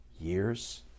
years